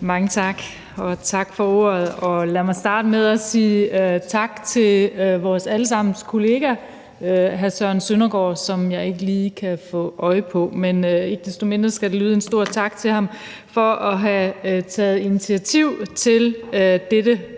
Mange tak, og tak for ordet. Lad mig starte med at sige tak til vores alle sammens kollega hr. Søren Søndergaard, som jeg ikke lige kan få øje på. Men ikke desto mindre skal der lyde en stor tak til ham for at have taget initiativ til dette